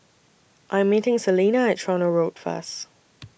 I Am meeting Salena At Tronoh Road First